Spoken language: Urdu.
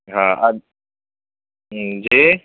ہاں اب جی